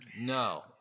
No